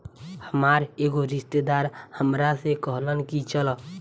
हामार एगो रिस्तेदार हामरा से कहलन की चलऽ